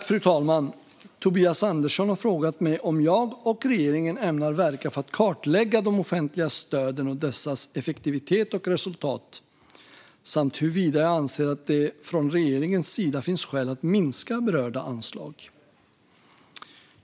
Fru talman! Tobias Andersson har frågat mig om jag och regeringen ämnar verka för att kartlägga de offentliga stöden och dessas effektivitet och resultat samt huruvida jag anser att det från regeringens sida finns skäl att minska berörda anslag.